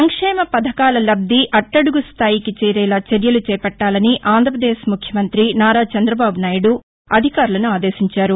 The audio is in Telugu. సంక్షేమ పథకాల లబ్ది అట్టడుగు స్దాయికి చేరాలా చర్యలు చేపట్టాలని ఆంధ్రప్రదేశ్ ముఖ్యమంత్రి నారా చంద్రబాబు నాయుడు అధికారులను ఆదేశించారు